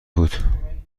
بود